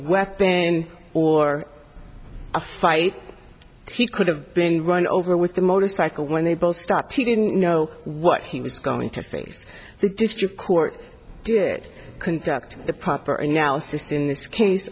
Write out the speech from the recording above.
weapon or a fight he could have been run over with a motorcycle when they both start to didn't know what he was going to face the district court did conduct the proper announced just in this case